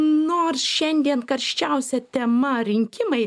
nors šiandien karščiausia tema rinkimai